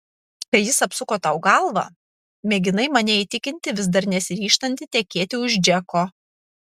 kai jis apsuko tau galvą mėginai mane įtikinti vis dar nesiryžtanti tekėti už džeko